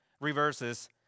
reverses